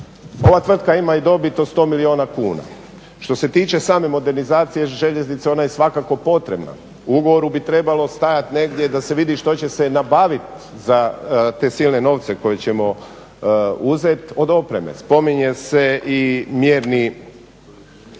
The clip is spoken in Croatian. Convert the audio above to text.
Ova tvrtka ima i dobit od 100 milijuna kuna. Što se tiče same modernizacije željeznica ona je svakako potrebna, u ugovoru bi trebalo stajati negdje da se vidi što će se nabaviti za te silne novce koje ćemo uzeti, od opreme. Spominje se i mjerni